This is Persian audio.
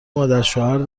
مادرشوهر